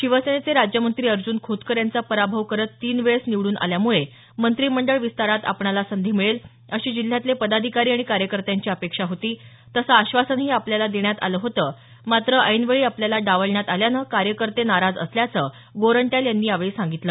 शिवसेनेचे राज्यमंत्री अर्जुन खोतकर यांचा पराभव करत तीन वेळेस निवडून आल्यामुळे मंत्रिमंडळ विस्तारात आपणाला संधी मिळेल अशी जिल्ह्यातले पदाधिकारी आणि कार्यकत्यांची अपेक्षा होती तसं आश्वासनही आपल्याला देण्यात आलं होतं मात्र ऐनवेळी आपल्याला डावलण्यात आल्यानं कार्यकर्ते नाराज असल्याचं गोरंट्याल यांनी यावेळी सांगितलं